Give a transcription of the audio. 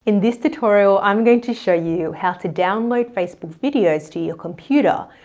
in this tutorial, i'm going to show you how to download facebook videos to your computer.